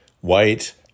white